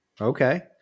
Okay